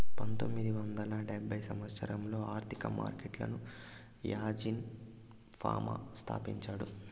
పంతొమ్మిది వందల డెబ్భై సంవచ్చరంలో ఆర్థిక మార్కెట్లను యాజీన్ ఫామా స్థాపించాడు